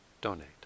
donate